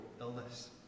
illness